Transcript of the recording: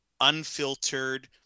unfiltered